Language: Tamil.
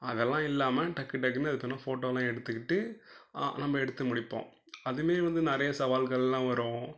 அதெல்லாம் இல்லாமல் டக்கு டக்குனு அது பேர் என்ன ஃபோட்டோலாம் எடுத்துக்கிட்டு நம்ம எடுத்து முடிப்போம் அதேமாரி வந்து நிறைய சவால்களெலாம் வரும்